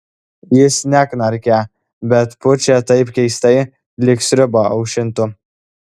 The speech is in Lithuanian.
jis neknarkia bet pučia taip keistai lyg sriubą aušintų